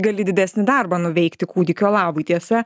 gali didesnį darbą nuveikti kūdikio labui tiesa